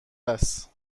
است